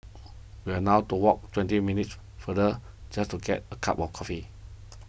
we are now to walk twenty minutes further just to get a cup of coffee